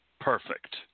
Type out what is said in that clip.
perfect